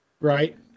Right